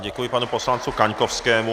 Děkuji panu poslanci Kaňkovskému.